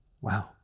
Wow